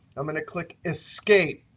i'm going to click escape.